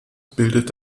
bildet